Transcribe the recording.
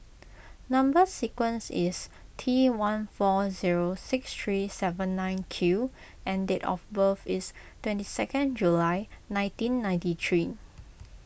Number Sequence is T one four zero six three seven nine Q and date of birth is twenty second July nineteen ninety three